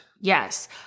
Yes